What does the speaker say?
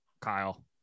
Kyle